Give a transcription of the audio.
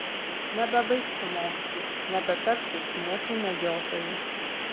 nebebaigsiu mokslų nebetapsiu šmėklų medžiotoju